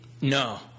No